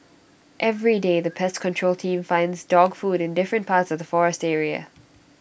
everyday the pest control team finds dog food in different parts of the forest area